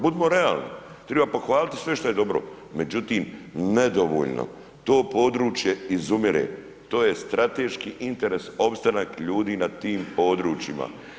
Budimo realni triba pohvaliti sve šta je dobro, međutim nedovoljno, to područje izumire, to je strateški interes opstanak ljudi na tim područjima.